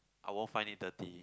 I won't find it dirty